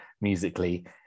musically